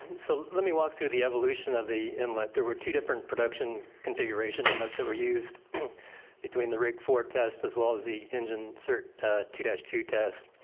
and so let me walk through the evolution of the inlet, there were two different production configuration inlets that were used between the rig four test as well as the engine cert two dash two test.